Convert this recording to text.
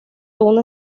una